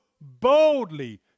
boldly